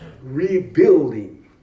Rebuilding